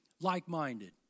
Like-minded